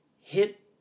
hit